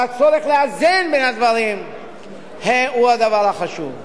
אבל הצורך לאזן בין הדברים הוא הדבר החשוב.